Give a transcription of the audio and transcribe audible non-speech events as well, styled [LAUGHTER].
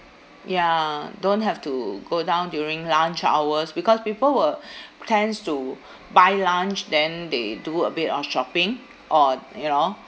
ya don't have to go down during lunch hours because people will [BREATH] tends to buy lunch then they do a bit of shopping or you know